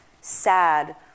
sad